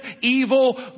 evil